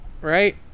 right